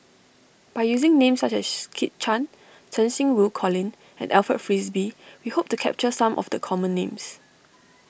by using names such as Kit Chan Cheng Xinru Colin and Alfred Frisby we hope to capture some of the common names